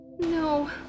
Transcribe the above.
No